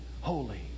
holy